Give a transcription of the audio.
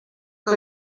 que